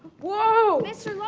whoa! mr.